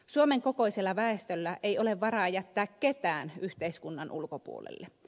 suomen kokoisella väestöllä ei ole varaa jättää ketään yhteiskunnan ulkopuolelle